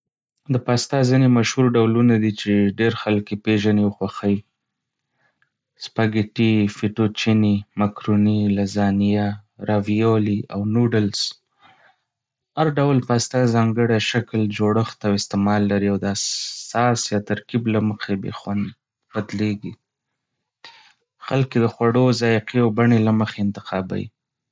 د پاستا ځینې مشهور ډولونه دي چې ډېر خلک یې پېژني او خوښوي سپاګیټي، فېټوچيني، مکروني، لزانیه، راويولي، او نوډلز. هر ډول پاستا ځانګړی شکل، جوړښت او استعمال لري، او د ساس یا ترکیب له مخې بې خوند بدلېږي. خلک یې د خوړو، ذائقې، او بڼې له مخې انتخابوي.